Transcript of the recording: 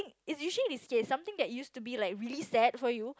is usually this case something that used to be really sad for you